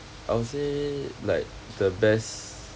I would say like the best